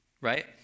right